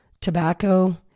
tobacco